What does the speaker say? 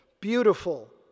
beautiful